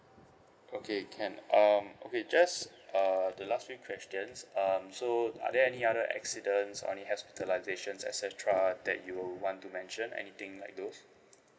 okay can um okay just uh the last three questions um so are there any other accidents any hospitalisations et cetera that you want to mention anything like those